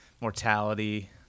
mortality